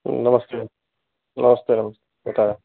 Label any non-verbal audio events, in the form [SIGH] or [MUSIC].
नमस्ते नमस्ते [UNINTELLIGIBLE] बताएँ